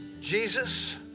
Jesus